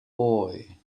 boy